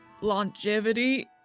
longevity